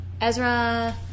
Ezra